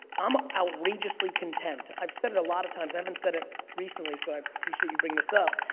i'm outrageously content. i've said it a lot of times. i haven't said it recently so i appreciate you bringing this up.